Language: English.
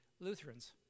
Lutherans